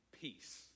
peace